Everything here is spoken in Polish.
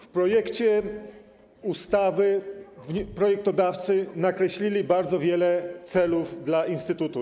W projekcie ustawy projektodawcy nakreślili bardzo wiele celów instytutu.